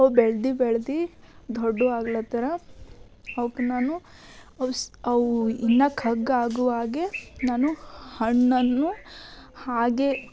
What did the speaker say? ಅವು ಬೆಳ್ದು ಬೆಳ್ದು ದೊಡ್ವು ಆಗ್ಲತ್ತರ ಅವ್ಕೆ ನಾನು ಅವ್ಸು ಅವು ಇನ್ನೂ ಖಗ್ಗಾಗುವಾಗೆ ನಾನು ಹಣ್ಣನ್ನು ಹಾಗೇ